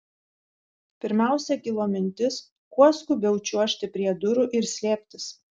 pirmiausia kilo mintis kuo skubiau čiuožti prie durų ir slėptis